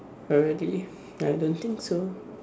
probably I don't think so